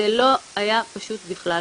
זה לא היה פשוט בכלל.